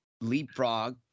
Leapfrog